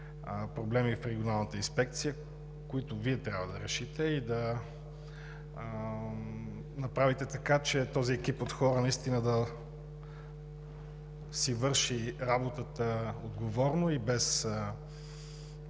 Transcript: проблеми в Регионалната инспекция, които Вие трябва да решите и да направите така, че този екип от хора наистина да си върши работата отговорно и без